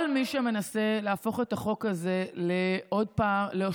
כל מי שמנסה להפוך את החוק הזה שוב למלחמה